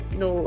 no